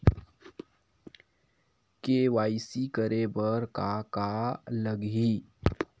KYC करे बर का का लगही?